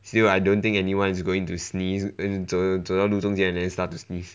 still I don't think anyone is going to sneeze as in 走走到路中间 and then start to sneeze